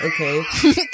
Okay